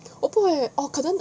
我不会 oh 可能